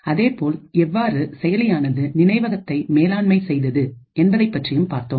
அதேபோல்எவ்வாறு செயலியானது நினைவகத்தை மேலாண்மை செய்தது என்பதைப் பற்றியும் பார்த்தோம்